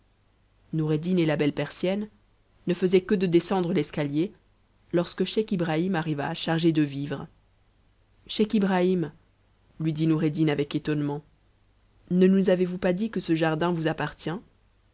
noureddin et la belle persienne ne faisaient que de descendre l'cscalip lorsque scheich ibrahim arriva chargé de vivres scheich ibrahim lui dit noureddin avec étonnement ne nous avez-vous pas dit que ce jardin vous appartient